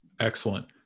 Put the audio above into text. Excellent